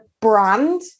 brand